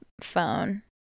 phone